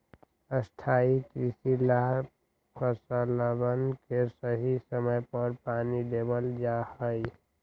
स्थाई कृषि ला फसलवन के सही समय पर पानी देवल जा हई